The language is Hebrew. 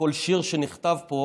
וכל שיר שנכתב פה